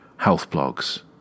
healthblogs